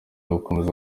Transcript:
gukomeza